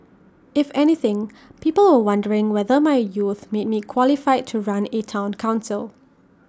if anything people were wondering whether my youth made me qualified to run A Town Council